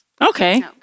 Okay